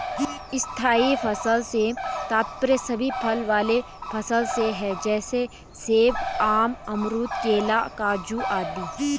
स्थायी फसल से तात्पर्य सभी फल वाले फसल से है जैसे सेब, आम, अमरूद, केला, काजू आदि